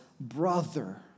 Brother